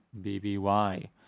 BBY